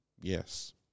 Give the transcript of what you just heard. Yes